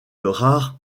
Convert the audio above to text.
rare